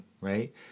right